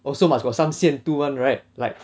also must got some 限度 [one] right like